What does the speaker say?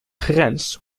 grens